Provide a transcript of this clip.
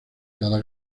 cada